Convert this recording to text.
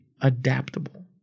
adaptable